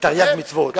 תרי"ג מצוות.